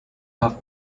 have